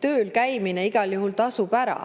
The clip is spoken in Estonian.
tööl käimine igal juhul tasub ära,